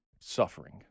suffering